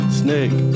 snake